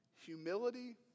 Humility